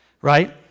right